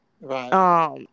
Right